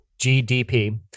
gdp